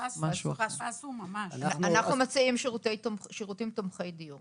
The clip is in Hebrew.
פסו ממש, אנחנו מציעים שירותים תומכי דיור.